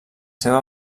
seva